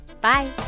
Bye